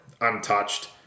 untouched